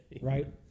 Right